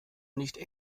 nicht